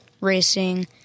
racing